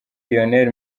lionel